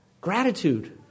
Gratitude